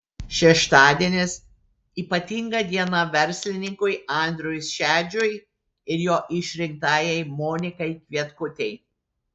šeštadienis ypatinga diena verslininkui andriui šedžiui ir jo išrinktajai monikai kvietkutei